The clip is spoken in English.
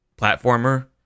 platformer